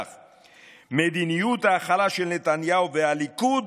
"מדיניות ההכלה של נתניהו והליכוד,